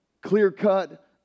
clear-cut